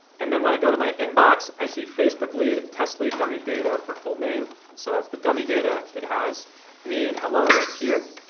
and then when i go to my inbox i see facebook lead, test lead dummy data for full name, so that's the dummy data, it has me and hello right here.